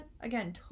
again